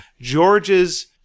George's